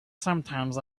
sometimes